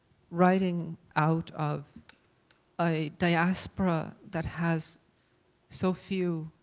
writing out of a diaspora that has so few,